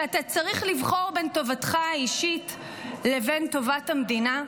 כשאתה צריך לבחור בין טובתך האישית לבין טובת המדינה,